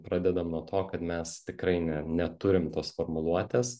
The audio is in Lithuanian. pradedam nuo to kad mes tikrai ne neturim tos formuluotės